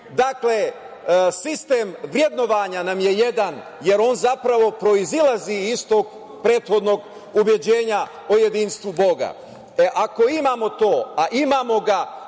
etički sistem vrednovanja nam je jedan, jer on zapravo proizilazi iz tog prethodnog ubeđenja o jedinstvu Boga. Ako imamo to, a imamo ga